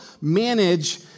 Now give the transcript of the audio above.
manage